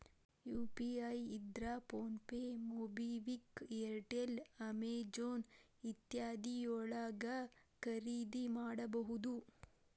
UPI ಇದ್ರ PhonePe MobiKwik Airtel Amazon ಇತ್ಯಾದಿ ಯೊಳಗ ಖರಿದಿಮಾಡಬಹುದು